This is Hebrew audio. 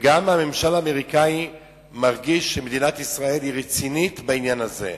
גם הממשל האמריקני מרגיש שמדינת ישראל רצינית בעניין הזה,